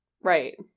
Right